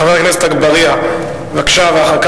חבר הכנסת עפו אגבאריה, בבקשה, ואחריו,